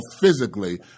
physically